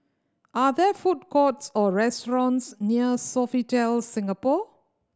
are there food courts or restaurants near Sofitel Singapore